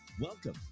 welcome